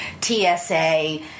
TSA